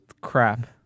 crap